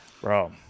bro